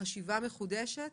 חשיבה מחודשת